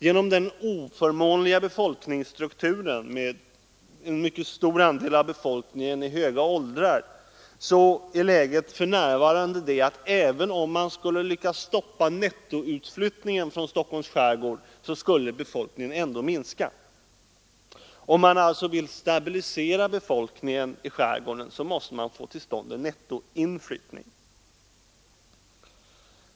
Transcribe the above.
Genom den oförmånliga befolkningsstrukturen med en mycket stor andel av befolkningen i höga åldrar är läget för närvarande det, att även om man lyckades stoppa nettoutflyttningen från Stockholms skärgård skulle befolkningen ändå minska. Om man därför vill stabilisera befolkningen i skärgården måste man få till stånd en nettoinflyttning.